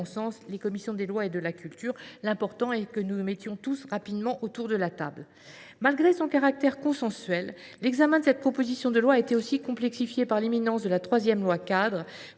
à mon sens, les commissions des lois et de la culture. L’important est que nous nous mettions tous rapidement autour de la table. Malgré son caractère consensuel, l’examen de cette proposition de loi a été complexifié par l’imminence de la troisième loi cadre,